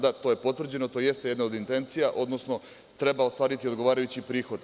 Da, to je potvrđeno, to jeste jedna od intencija, odnosno treba ostvariti odgovarajući prihod.